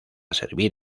servir